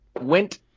went